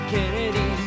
Kennedy